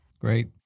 Great